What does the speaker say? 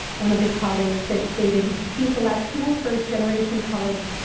one of the colleagues stated he was a latino first-generation colleague,